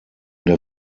der